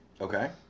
Okay